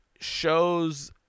shows